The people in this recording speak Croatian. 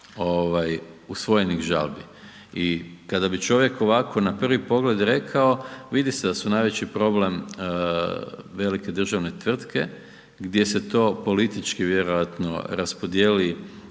usvojenih žalbi. I kada bi čovjek ovako na prvi pogled rekao, vidi se da su najveći problem velike državne tvrtke gdje se to politički vjerojatno raspodijeli